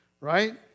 right